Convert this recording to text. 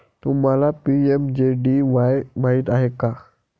तुम्हाला पी.एम.जे.डी.वाई माहित आहे का?